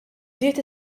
bdiet